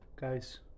Guys